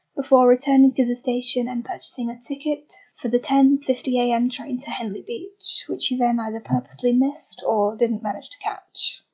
before returning to the station and purchasing a ticket for the ten fifty am train to henley beach, which he then either purposely missed or didn't manage to catch.